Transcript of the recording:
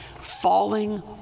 falling